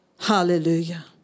Hallelujah